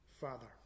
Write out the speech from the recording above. father